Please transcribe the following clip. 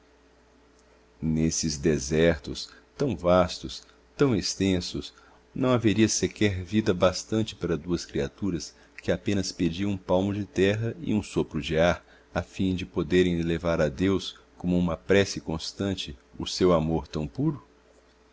nesses desertos tão vastos tão extensos não haveria sequer vida bastante para duas criaturas que apenas pediam um palmo de terra e um sopro de ar a fim de poderem elevar a deus como uma prece constante o seu amor tão puro